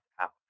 out